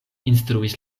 instruis